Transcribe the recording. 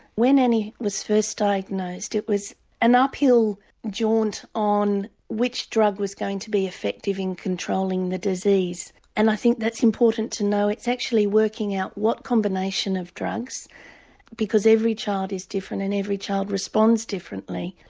when annie was first diagnosed it was an uphill jaunt on which drug was going to be effective in controlling the disease and i think that's important to know. it's actually working out what combination of drugs because every child is different and every child responds differently.